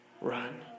run